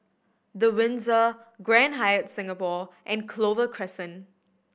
The Windsor Grand Hyatt Singapore and Clover Crescent